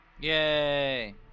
Yay